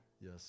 Yes